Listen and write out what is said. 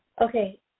Okay